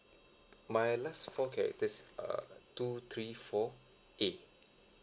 my last four characters uh two three four A